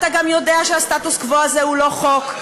אתה גם יודע שהסטטוס-קוו הזה הוא לא חוק,